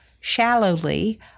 shallowly